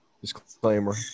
Disclaimer